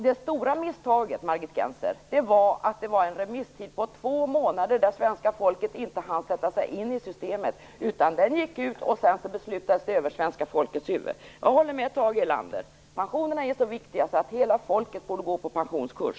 Det stora misstaget, Margit Gennser, var att remisstiden var två månader, vilket gjorde att svenska folket inte hann sätta sig in i systemet. Remisstiden gick ut och sedan fattades beslutet över svenska folkets huvuden. Jag håller med Thage Erlander om att pensionerna är så viktiga att hela folket borde gå på pensionskurs.